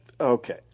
Okay